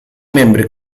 membri